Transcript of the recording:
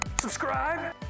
Subscribe